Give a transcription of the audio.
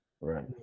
Right